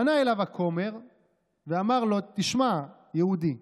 פנה אליו הכומר ואמר לו: תשמע, יהודי,